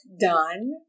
done